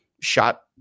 shot